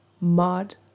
Mud